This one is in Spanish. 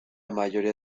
mayoría